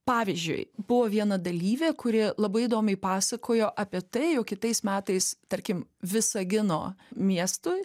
pavyzdžiui buvo viena dalyvė kuri labai įdomiai pasakojo apie tai jau kitais metais tarkim visagino miestui